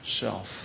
self